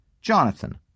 Jonathan